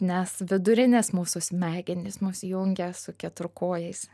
nes vidurinės mūsų smegenys mus jungia su keturkojais